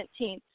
17th